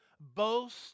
boast